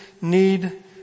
need